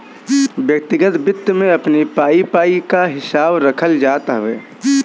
व्यक्तिगत वित्त में अपनी पाई पाई कअ हिसाब रखल जात हवे